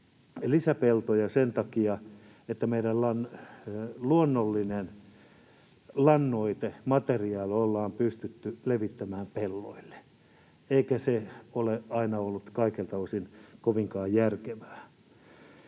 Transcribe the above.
lisäpeltoja sen takia, että meidän luonnollinen lannoitemateriaali ollaan pystytty levittämään pelloille, eikä se ole aina ollut kaikilta osin kovinkaan järkevää.